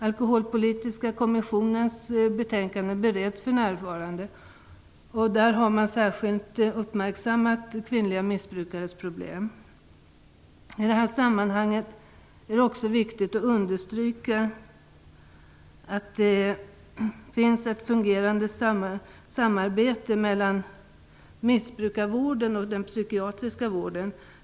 Alkoholpolitiska kommissionens betänkande bereds för närvarande, och man har där särskilt uppmärksammat kvinnliga missbrukares problem. Det är i detta sammanhang också viktigt att understryka att det finns ett fungerande samarbete mellan missbrukarvården och den psykiatriska vården.